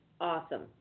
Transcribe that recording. awesome